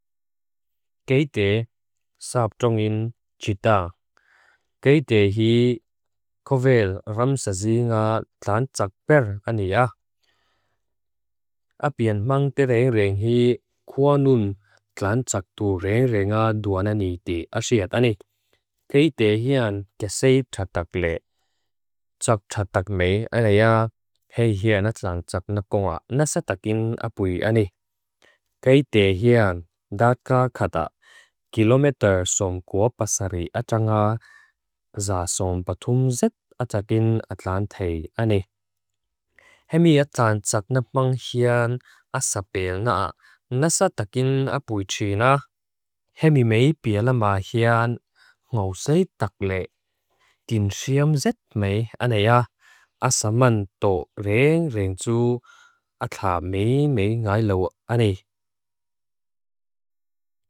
Keite sabdongin jida. Keite hi kovel ramsazi nga tlantsak per ania. Apien mang tereng reng hi kua nun tlantsak tu reng renga duana niti asiat ani. Keite hian keseyp tatak le. Tsak tatak me ania hei hian atlang tsak nakonga nasatak in apui ani. Keite hian dakakata kilometer somkwo pasari atanga za sompatum zit atakin atlante ani. Hemi atan tsak napang hian asapel nga nasatakin apui china. Hemi me biala ma hian ngawsey tak le. Din siam zit me ania asamang to reng reng du ata me me ai lawak ani.